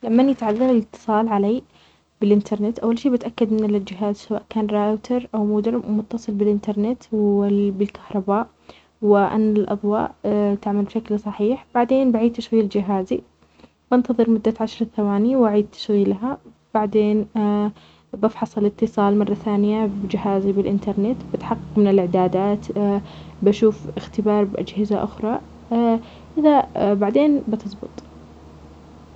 لمن يتعذر الاتصال علي بالإنترنت، أول شي بتأكد من الجهاز سواء كان راوتر أو مودروم و متصل بالإنترنت وال- بالكهرباء، وأن الأضواء تعمل بشكل صحيح، بعدين بعيد تشغيل جهازي بنتظر مدة عشر ثواني وأعيد تشغيلها بعدين بفحص الاتصال مرة ثانيه بجهازي بالإنترنت بتحقق من الإعدادات بشوف اختبار بأجهزة أخرى إذا بعدين بتضبط.